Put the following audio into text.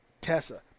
Tessa